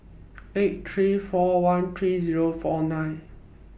eight three four one three Zero four nine